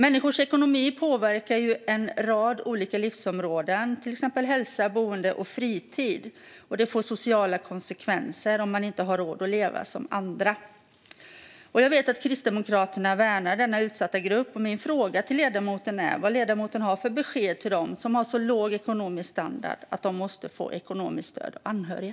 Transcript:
Människors ekonomi påverkar en rad olika livsområden, till exempel hälsa, boende och fritid. Det får sociala konsekvenser om man inte har råd att leva som andra. Jag vet att Kristdemokraterna värnar denna utsatta grupp. Min fråga till ledamoten är vilket besked hon har till dem som har så låg ekonomisk standard att de måste få ekonomiskt stöd av anhöriga.